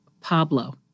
Pablo